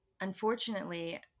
unfortunately